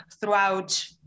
throughout